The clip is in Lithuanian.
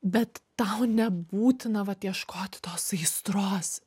bet tau nebūtina vat ieškoti tos aistros